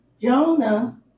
Jonah